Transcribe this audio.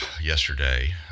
yesterday